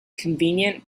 convenient